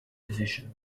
division